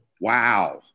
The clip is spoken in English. wow